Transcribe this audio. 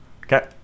Okay